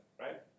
right